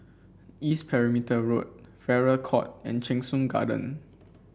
East Perimeter Road Farrer Court and Cheng Soon Garden